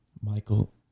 Michael